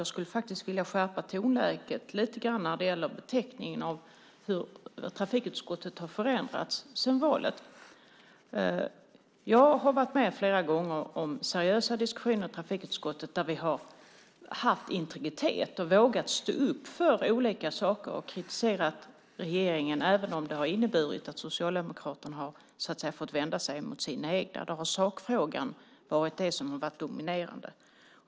Jag skulle faktiskt vilja skärpa tonläget lite grann när det gäller hur trafikutskottet har förändrats sedan valet. Jag har flera gånger varit med om seriösa diskussioner i trafikutskottet där vi har haft integritet, vågat stå upp för olika saker och kritiserat regeringen även om det har inneburit att Socialdemokraterna har fått vända sig mot sina egna. Sakfrågan har varit dominerande.